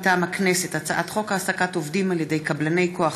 מטעם הכנסת: הצעת חוק העסקת עובדים על ידי קבלני כוח